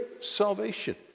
salvation